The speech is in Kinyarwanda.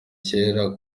cyera